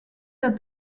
that